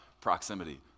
proximity